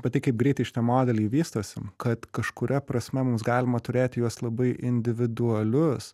apie tai kaip greitai šitie modeliai vystosi kad kažkuria prasme mums galima turėti juos labai individualius